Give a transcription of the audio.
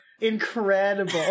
Incredible